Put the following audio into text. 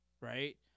right